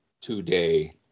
Today